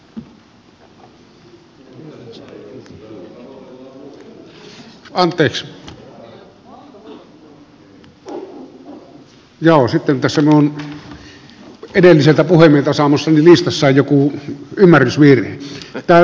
sitten tässä minun edelliseltä puhemieheltä saamassani listassa on jokin ymmärrysvirhe